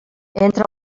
entre